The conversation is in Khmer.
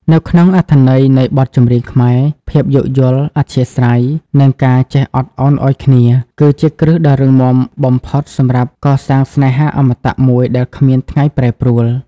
នៅក្នុងអត្ថន័យនៃបទចម្រៀងខ្មែរ ភាពយោគយល់ អធ្យាស្រ័យ និងការចេះអត់ឱនឱ្យគ្នា គឺជាគ្រឹះដ៏រឹងមាំបំផុតសម្រាប់កសាងស្នេហាអមតៈមួយដែលគ្មានថ្ងៃប្រែប្រួល។